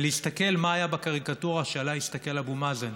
להסתכל מה היה בקריקטורה שעליה הסתכל אבו מאזן: